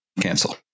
cancel